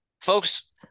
folks